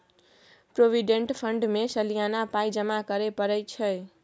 provident fund मे सलियाना पाइ जमा करय परय छै